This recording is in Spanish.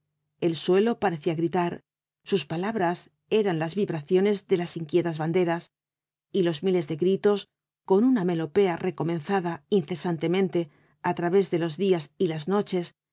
el suelo parecía gritar sus palabras eran las vibraciones de las inquietas banderas y los miles de gritos con una melopea recomenzada incesantemente á través de los días y las noches